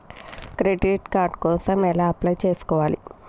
Credit card కోసం ఎలా apply చేసుకోవాలి?